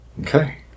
Okay